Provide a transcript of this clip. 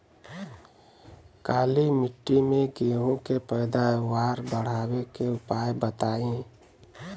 काली मिट्टी में गेहूँ के पैदावार बढ़ावे के उपाय बताई?